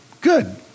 Good